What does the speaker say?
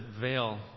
veil